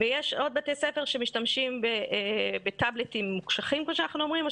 ויש עוד בתי ספר שמשתמשים בטאבלטים מוקשחים כמו שאנחנו אומרים או